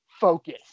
focus